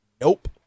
Nope